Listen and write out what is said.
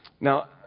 Now